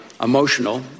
emotional